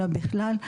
אלא בכלל,